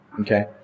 Okay